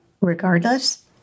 regardless